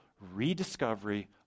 rediscovery